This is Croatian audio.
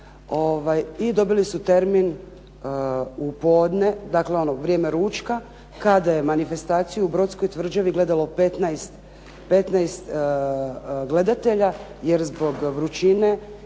dobili su termin u podne, dakle u vrijeme ručka, kada je manifestaciju u Brodskoj tvrđavi gledalo 15 gledatelja, jer zbog vrućine